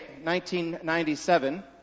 1997